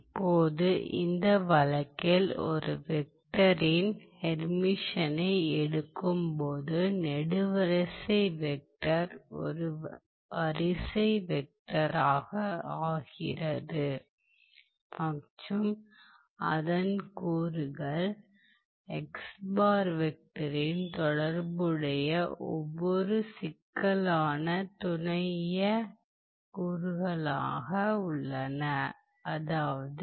இப்போது இந்த வழக்கில் ஒரு வெக்டரின் ஹெர்மிஷனை எடுக்கும் போது நெடுவரிசை வெக்டர் ஒரு வரிசை வெக்டராக ஆகிறது மற்றும் அதன் கூறுகள் வெக்டரின் தொடர்புடைய ஒவ்வொரு சிக்கலான துணையிய கூறுகளாக உள்ளன அதாவது